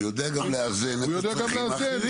הוא יודע גם לאזן את הצרכים האחרים.